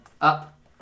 Up